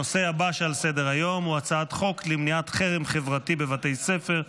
הנושא הבא שעל סדר-היום הוא הצעת חוק למניעת חרם חברתי בבתי ספר,